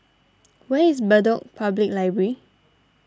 where is Bedok Public Library